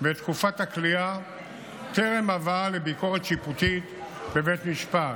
ואת תקופת הכליאה טרם הבאה לביקורת שיפוטית בבית משפט.